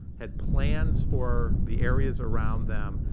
had plans for the areas around them,